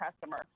customer